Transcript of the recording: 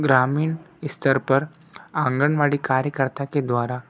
ग्रामीण स्तर पर आंगनवाड़ी कार्यकर्ता के द्वारा